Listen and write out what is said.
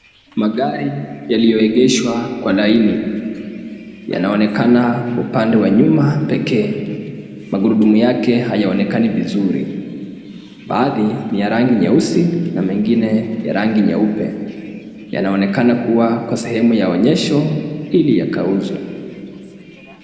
Magari yaliogeshwa kwa laini yanaonekana upande wa nyuma pekee. Magurudumu yake hayaonekani vizuri. Baadhi ni ya rangi nyeusi na mengine ya rangi nyeupe. Yanaonekana kuwa kwa kwa sehemu ya onyesho ili yakauzwe.